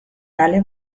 kale